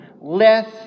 less